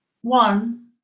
one